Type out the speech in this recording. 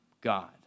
God